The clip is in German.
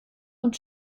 und